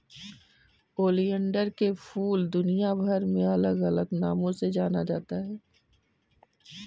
oleander के फूल दुनियाभर में अलग अलग नामों से जाना जाता है